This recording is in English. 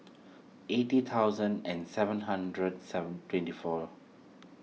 eighty thousand and seven hundred seven twenty four